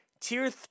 Tier